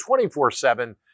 24-7